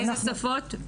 איזה שפות?